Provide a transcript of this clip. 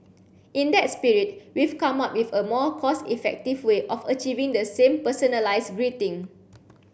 in that spirit we've come up with a more cost effective way of achieving the same personalized greeting